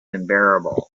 unbearable